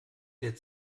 der